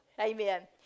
amen